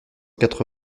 quatre